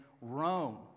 Rome